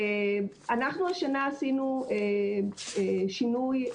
אנחנו השנה עשינו שינוי.